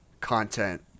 content